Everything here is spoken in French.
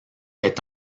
est